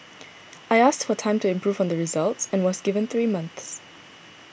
I asked for time to improve on the results and was given three months